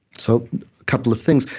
so couple of things.